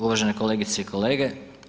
Uvažene kolegice i kolege.